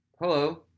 Hello